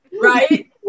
Right